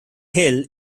hill